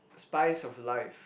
spice of life